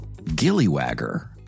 Gillywagger